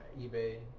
eBay